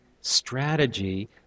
strategy